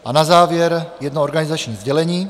A na závěr jedno organizační sdělení.